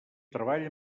treball